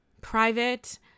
private